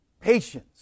Patience